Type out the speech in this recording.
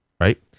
right